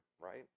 right